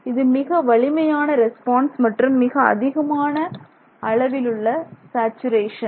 இது மிக வலிமையான ரெஸ்பான்ஸ் மற்றும் மிக அதிகமான அளவிலுள்ள சேச்சுரேஷன்